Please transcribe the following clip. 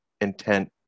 intent